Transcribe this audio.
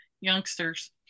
youngsters